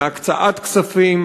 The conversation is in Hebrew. מהקצאת כספים,